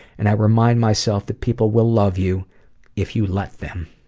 and i remind myself that people will love you if you let them.